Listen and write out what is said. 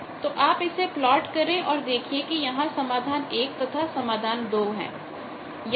तो आप इसे प्लॉट करें और देखिए कि यहां समाधान 1 तथा समाधान 2 है